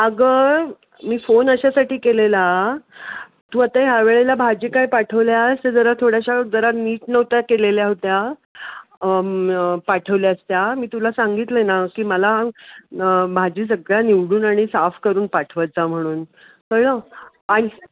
अगं मी फोन अशासाठी केलेला तू आता ह्यावेळेला भाजी काय पाठवल्यास तर जरा थोड्याशा जरा नीट नव्हत्या केलेल्या होत्या पाठवल्यास त्या मी तुला सांगितलंय ना की मला भाजी सगळ्या निवडून आणि साफ करून पाठवत जा म्हणून कळलं ऐक